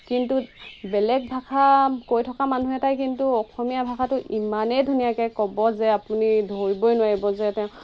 কিন্তু বেলেগ ভাষা কৈ থকা মানুহ এটাই কিন্তু অসমীয়া ভাষাটো ইমানেই ধুনীয়াকৈ ক'ব যে আপুনি ধৰিবই নোৱাৰিব যে তেওঁ